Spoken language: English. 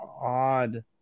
odd